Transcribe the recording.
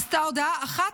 עשתה הודעה אחת,